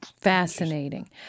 Fascinating